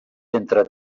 entre